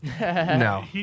No